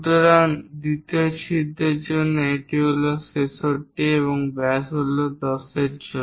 সুতরাং দ্বিতীয় ছিদ্রের জন্য এটি হল 65 এবং ব্যাস হল 10 এর জন্য